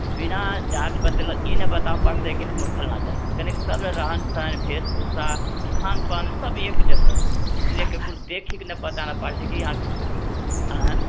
बिना जात बतएले ई नहि बताए पाबतै कि हमर फलना जात छै कनी सभ्य रहन सहन भेष भूषा खान पान सब एक जैसे छै इसलिए कोइ देखिके ई नहि बताए पाबै छै कि यहाँ आए